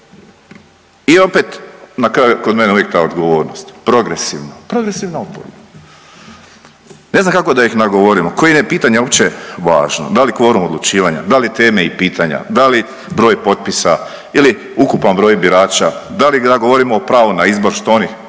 I opet na kraju kod mene uvijek ta odgovornost, progresivno, progresivna oporba, ne znam kako da ih nagovorimo koja je pitanje uopće važno, da li kvorum odlučivanja, da li teme i pitanja, da li broj potpisa ili ukupan broj birača, da li da govorimo o pravu na izbor što oni